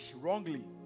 wrongly